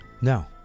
No